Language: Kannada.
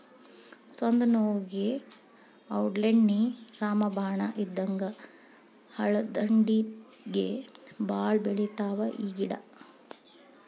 ಸಂದನೋವುಗೆ ಔಡ್ಲೇಣ್ಣಿ ರಾಮಬಾಣ ಇದ್ದಂಗ ಹಳ್ಳದಂಡ್ಡಿಗೆ ಬಾಳ ಬೆಳಿತಾವ ಈ ಗಿಡಾ